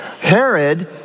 Herod